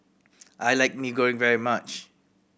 I like Mee Goreng very much